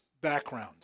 background